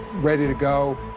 ready to go.